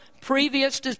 previous